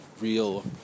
Real